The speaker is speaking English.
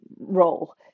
role